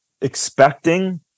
expecting